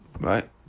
Right